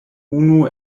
unu